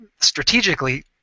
strategically